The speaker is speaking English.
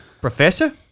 professor